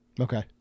Okay